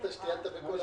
משרד הביטחון כאן?